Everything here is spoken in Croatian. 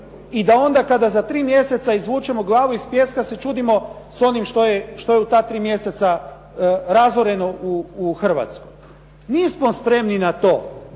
i da onda kada za 3 mjeseca izvućemo glavu iz pijeska se čudimo sa onim što je u ta tri mjeseca razoreno u Hrvatskoj. Nismo spremni na to